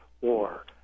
war